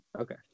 Okay